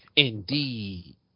Indeed